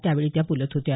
त्यावेळी त्या बोलत होत्या